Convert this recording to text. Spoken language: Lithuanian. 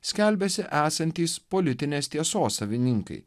skelbiasi esantys politinės tiesos savininkai